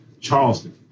Charleston